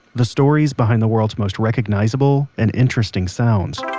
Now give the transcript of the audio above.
the stories behind the world's most recognizable and interesting sounds.